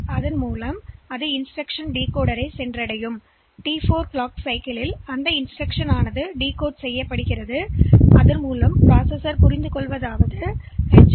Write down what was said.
எனவே அது T4 இல் உள்ள இன்ஸ்டிரக்ஷன்டிகோடருக்குச் செல்கிறது இன்ஸ்டிரக்ஷன்டிகோட் செய்யப்பட்டுள்ளது இப்போது செயலி புரிந்துகொள்கிறது எச்